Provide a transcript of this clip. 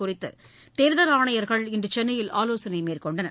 குறித்தேர்தல் ஆணையர்கள் இன்றுசென்னையில் ஆலோசனைமேற்கொண்டனர்